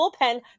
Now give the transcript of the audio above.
bullpen